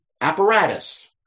apparatus